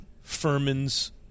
Furman's